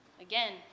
Again